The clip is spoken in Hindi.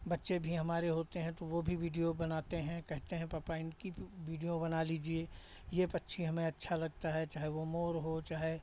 बच्चे भी हमारे होते हैं तो वो भी वीडियो बनाते हैं कहते हैं पापा इनकी वीडियो बना लीजिए ये पक्षी हमें अच्छा लगता है चाहे वो मोर हो चाहे